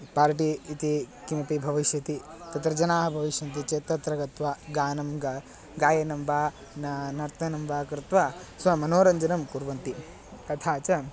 party इति किमपि भविष्यति तत्र जनाः भविष्यन्ति चेत् तत्र गत्वा गानं गानं गायनं वा ना नर्तनं वा कृत्वा स्वमनोरञ्जनं कुर्वन्ति तथा च